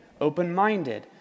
open-minded